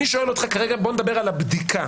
אני שואל אותך כרגע לגבי הבדיקה: